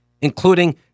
including